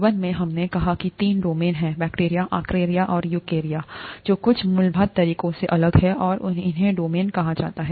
जीवन में हमने कहा कि तीन डोमेन हैं बैक्टीरिया आर्किया और यूकेरिया जो कुछ मूलभूत तरीकों से अलग हैं और इन्हें डोमेन कहा जाता है